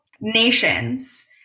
nations